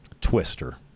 Twister